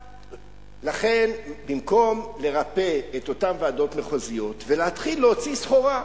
במקום לרפא את אותן ועדות מחוזיות ולהתחיל להוציא סחורה,